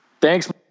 Thanks